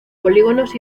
polígonos